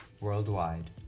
worldwide